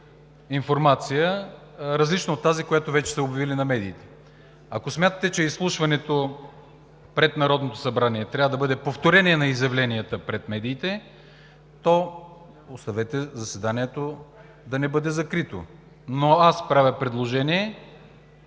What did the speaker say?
информация, различна от тази, която вече са обявили на медиите. Ако смятате, че изслушването пред Народното събрание трябва да бъде повторение на изявленията пред медиите, то оставете заседанието да не бъде закрито, но аз правя предложение